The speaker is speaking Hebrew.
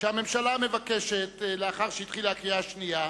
שהממשלה מבקשת, לאחר שהחלה הקריאה השנייה,